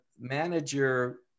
manager